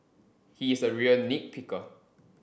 he is a real nit picker